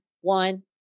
One